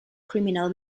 criminal